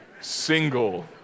single